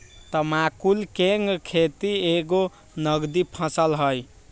तमाकुल कें खेति एगो नगदी फसल हइ